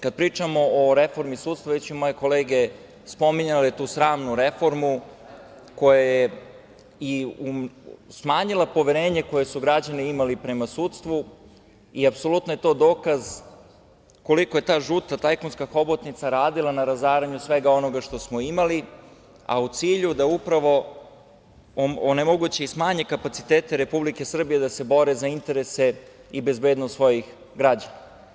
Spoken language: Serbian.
Kad pričamo o reformi sudstva, već su moje kolege spominjale tu sramnu reformu koja je smanjila poverenje koje su građani imali prema sudstvu i apsolutno je to dokaz koliko je ta žuta tajkunska hobotnica radila na razaranju svega onoga što smo imali, a u cilju da upravo onemogući i smanji kapacitete Republike Srbije da se bori za interese i bezbednost svojih građana.